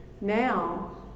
now